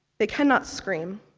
they cannot scream.